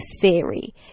theory